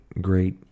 great